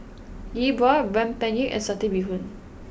Yi Bua Rempeyek and Satay Bee Hoon